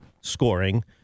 scoring